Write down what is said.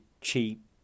cheap